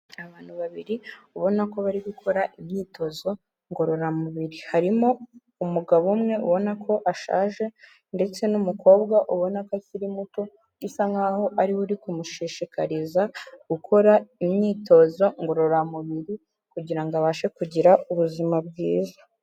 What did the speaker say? Abantu babiri ubona ko bari gukora imyitozo ngororamubiri, harimo umugabo umwe ubona ko ashaje ndetse n'umukobwa ubona ko akiri muto bisa nkaho ariwe uri kumushishikariza gukora imyitozo ngororamubiri kugira ngo abashe kugira ubuzima bwiza.